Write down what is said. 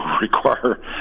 require